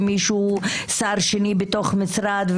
ומישהו שר שני בתוך משרד,